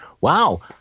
wow